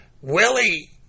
Willie